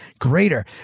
greater